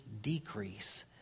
decrease